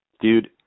Dude